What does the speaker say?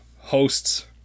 hosts